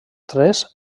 tres